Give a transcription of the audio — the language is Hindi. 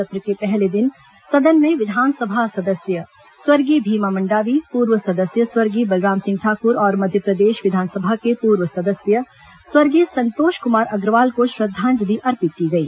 सत्र के पहले दिन सदन में विधानसभा सदस्य स्वर्गीय भीमा मंडावी पूर्व सदस्य स्वर्गीय बलराम सिंह ठाकुर और मध्यप्रदेश विधानसभा के पूर्व सदस्य स्वर्गीय संतोष कुमार अग्रवाल को श्रद्वांजलि अर्पित की गई